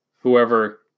whoever